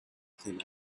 came